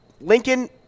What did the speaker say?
Lincoln